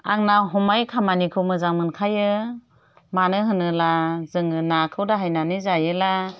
आं ना हमनाय खामानिखौ मोजां मोनखायो मानो होनोब्ला जोङो नाखौ दाहायनानै जायोब्ला